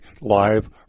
live